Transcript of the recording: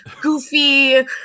goofy